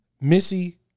Missy